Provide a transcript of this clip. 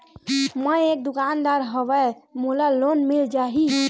मै एक दुकानदार हवय मोला लोन मिल जाही?